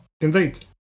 Indeed